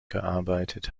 gearbeitet